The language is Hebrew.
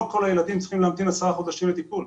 לא כל הילדים צריכים להמתין עשרה חודשים לטיפול.